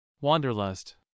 Wanderlust